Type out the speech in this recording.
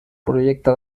projecte